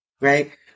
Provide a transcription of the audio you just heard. right